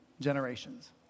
generations